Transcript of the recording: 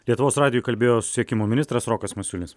lietuvos radijui kalbėjo susisiekimo ministras rokas masiulis